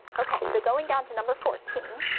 okay, so going down to number fourteen,